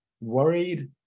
worried